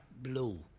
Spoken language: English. blue